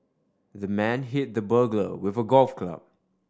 the man hit the burglar with a golf club